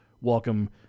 Welcome